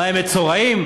מה, הם לא יהודים?